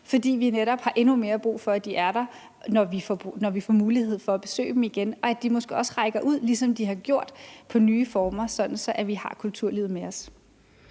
fordi vi netop har endnu mere brug for, at de er der, når vi får mulighed for at besøge dem igen, og at de måske også rækker ud, ligesom de har gjort, med nye former, sådan at vi har kulturlivet med os.